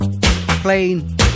Plain